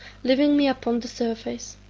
leaving me upon the surface.